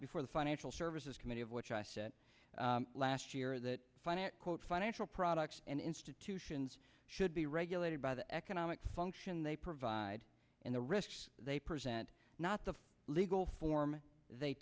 before the financial services committee of which i said last year that finance quote financial products and institutions should be regulated by the economic function they provide and the risk they present not the legal form they